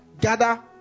gather